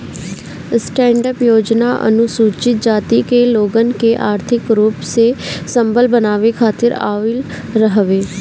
stand up योजना अनुसूचित जाति के लोगन के आर्थिक रूप से संबल बनावे खातिर आईल हवे